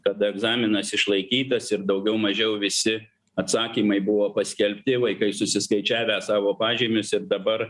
kada egzaminas išlaikytas ir daugiau mažiau visi atsakymai buvo paskelbti vaikai susiskaičiavę savo pažymius ir dabar